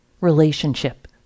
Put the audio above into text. relationship